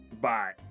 Bye